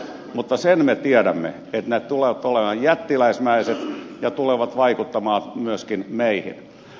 mutta sen me tiedämme että ne tulevat olemaan jättiläismäiset ja tulevat vaikuttamaan myöskin meihin